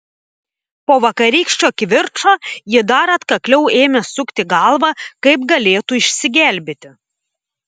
po vakarykščio kivirčo ji dar atkakliau ėmė sukti galvą kaip galėtų išsigelbėti